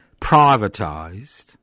privatised